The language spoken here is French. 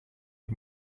les